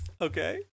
Okay